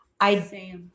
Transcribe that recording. I-